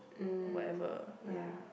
whatever